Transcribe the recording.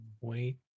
Wait